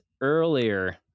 earlier